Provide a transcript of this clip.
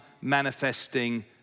manifesting